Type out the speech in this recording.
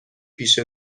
پیش